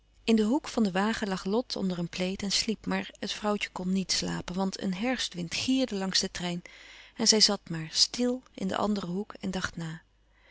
in den hoek van den wagen lag lot onder een plaid en sliep maar het vrouwtje kon niet slapen want een herfstwind gierde langs den trein en zij zat maar stil in den anderen hoek en dacht na